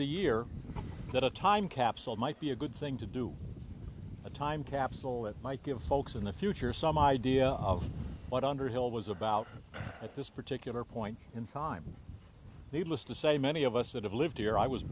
the year that a time capsule might be a good thing to do a time capsule that might give folks in the future some idea of what underhill was about at this particular point in time needless to say many of us that have lived here i was